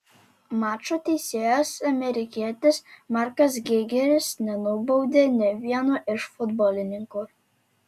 mačo teisėjas amerikietis markas geigeris nenubaudė nė vieno iš futbolininkų